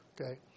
Okay